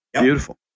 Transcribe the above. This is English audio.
Beautiful